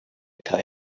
kaj